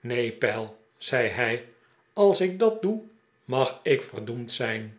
neen pell zei hij als ik dat doe mag ik verdoemd zijn